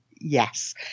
Yes